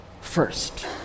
first